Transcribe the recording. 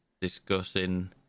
discussing